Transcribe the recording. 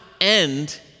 end